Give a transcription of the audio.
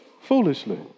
foolishly